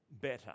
better